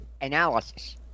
analysis